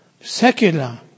secular